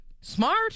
smart